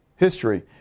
history